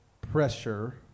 pressure